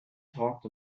talked